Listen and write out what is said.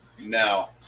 No